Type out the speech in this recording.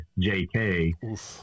JK